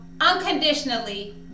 unconditionally